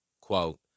Quote